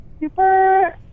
super